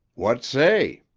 what say?